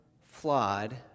flawed